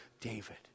David